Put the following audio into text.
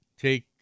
take